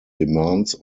demands